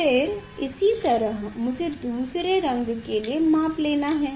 फिर इसी तरह मुझे दूसरे रंग के लिए माप लेना है